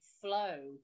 flow